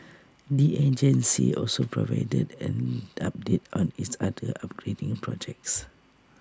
the agency also provided an update on its other upgrading projects